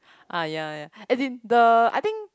uh ya ya as in I think